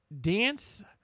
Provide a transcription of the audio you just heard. Dance